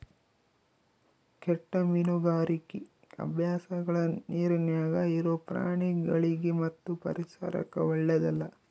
ಕೆಟ್ಟ ಮೀನುಗಾರಿಕಿ ಅಭ್ಯಾಸಗಳ ನೀರಿನ್ಯಾಗ ಇರೊ ಪ್ರಾಣಿಗಳಿಗಿ ಮತ್ತು ಪರಿಸರಕ್ಕ ಓಳ್ಳೆದಲ್ಲ